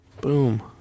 boom